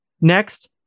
Next